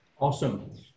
Awesome